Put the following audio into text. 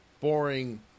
boring